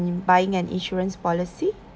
buying an insurance policy